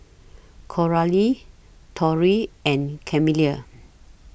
Coralie Tory and Camille